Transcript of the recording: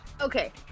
Okay